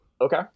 Okay